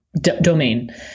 domain